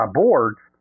boards